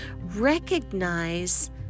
Recognize